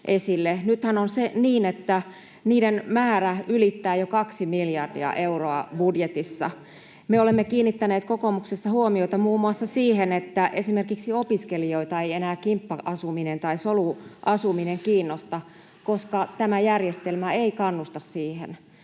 Nythän on niin, että sen määrä ylittää jo 2 miljardia euroa budjetissa. Me olemme kiinnittäneet kokoomuksessa huomiota muun muassa siihen, että esimerkiksi opiskelijoita ei enää kimppa-asuminen tai soluasuminen kiinnosta, koska tämä järjestelmä ei kannusta siihen.